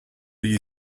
you